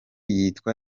yitwa